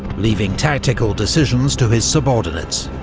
leaving tactical decisions to his subordinates.